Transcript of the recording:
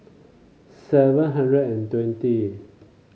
seven hundred and twenty